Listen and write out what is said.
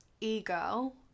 E-Girl